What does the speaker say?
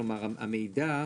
כלומר המידע,